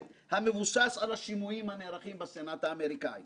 שאנחנו לא ברמה הנדרשת לעסוק בנושא,